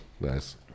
Nice